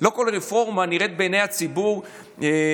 לא כל רפורמה נראית בעיני הציבור כיפית.